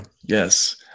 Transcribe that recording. Yes